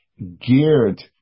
geared